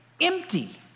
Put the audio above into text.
empty